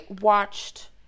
watched